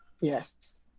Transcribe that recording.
Yes